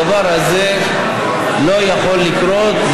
הדבר הזה לא יכול לקרות,